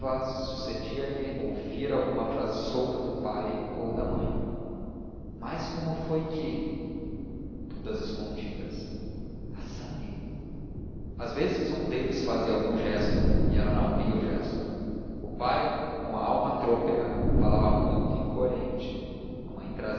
sucedia lhe ouvir alguma frase solta do pai ou da mãe mas como foi que tudo às escondidas há sangue às vezes um deles fazia algum gesto e ela não via o gesto o pai com a alma trôpega falava muito e incoerente a mãe trazia